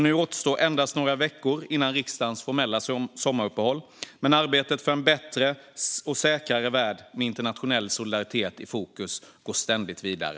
Nu återstår endast några veckor till riksdagens formella sommaruppehåll, men arbetet för en bättre och säkrare värld med internationell solidaritet i fokus går ständigt vidare.